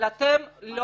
אבל אתם לא